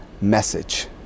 message